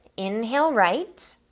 inhale right,